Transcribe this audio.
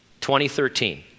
2013